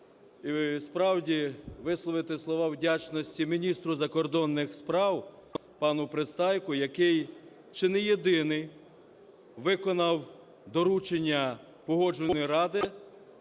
справді, висловити слова вдячності міністру закордонних справ пану Пристайку, який чи не єдиний виконав доручення Погоджувальної ради